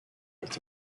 los